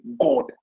God